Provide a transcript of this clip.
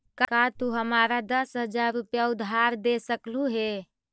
का तू हमारा दस हज़ार रूपए उधार दे सकलू हे?